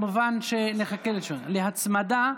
להצמדה,